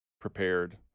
prepared